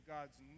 God's